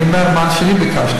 אני אומר מה שאני ביקשתי.